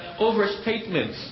overstatements